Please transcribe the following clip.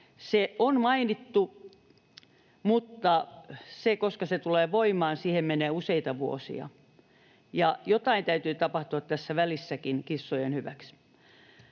Se on mainittu, mutta siihen, koska se tulee voimaan, menee useita vuosia, ja jotain täytyy tapahtua tässä välissäkin kissojen hyväksi.